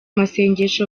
masengesho